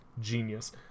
genius